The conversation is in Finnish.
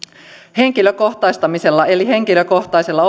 henkilökohtaistamisella eli henkilökohtaisella